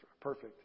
perfect